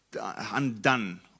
undone